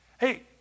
Hey